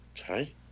Okay